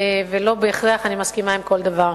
ולא בהכרח אני מסכימה לכל דבר.